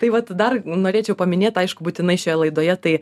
tai vat dar norėčiau paminėt aišku būtinai šioje laidoje tai